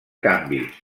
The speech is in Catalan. canvis